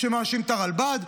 שמאשים את הרלב"ד,